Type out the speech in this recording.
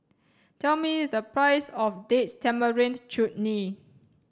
tell me the price of Date Tamarind Chutney